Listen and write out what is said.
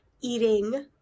eating